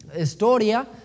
historia